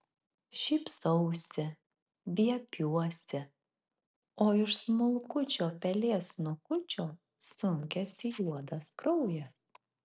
šypsausi viepiuosi o iš smulkučio pelės snukučio sunkiasi juodas kraujas